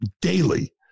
daily